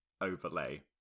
overlay